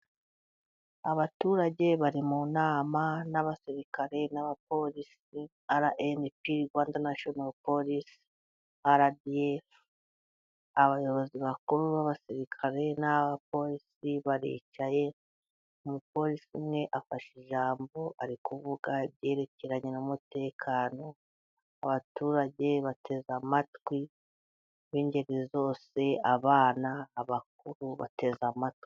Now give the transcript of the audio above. Abaturage bari mu nama n'abasirikare n'abapolisi RNP, Rwanda nashinoro polisi RDF. Abayobozi bakuru b'abasirikare n'abapolisi baricaye umupolisi umwe afashe ijambo ari kuvuga ibyerekeranye n'umutekano w'abaturage bateze amatwi b'ingeri zose abana, abakuru bateze amatwi.